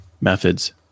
methods